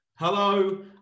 Hello